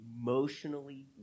emotionally